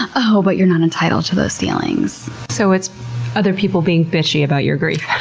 ah oh, but you're not entitled to those feelings. so, it's other people being bitchy about your grief.